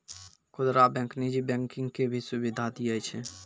खुदरा बैंक नीजी बैंकिंग के भी सुविधा दियै छै